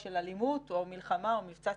של אלימות או מלחמה או מבצע צבאי,